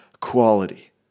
quality